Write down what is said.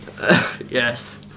Yes